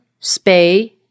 spay